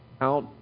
out